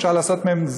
אפשר לעשות מהם,